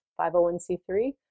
501C3